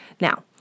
Now